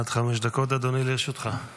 עד חמש דקות לרשותך, אדוני.